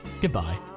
Goodbye